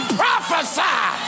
prophesy